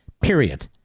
period